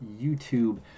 youtube